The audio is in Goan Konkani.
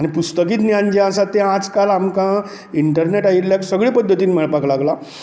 आनी पुस्तकी ज्ञान जें आसा तें आज काल आमकां इंटरनॅट आयिल्ल्याक सगळें पद्दतीन मेळपाक लागलां